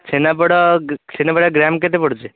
chhena poda chhena poda gram କେତେ ପଡ଼ୁଛି